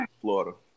Florida